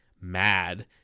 mad